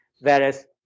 Whereas